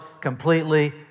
completely